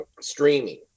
streaming